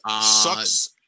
Sucks